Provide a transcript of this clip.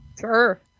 Sure